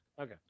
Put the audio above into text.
Okay